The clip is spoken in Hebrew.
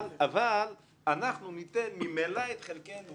אנחנו מקבלים אבל אנחנו ניתן ממילא את חלקנו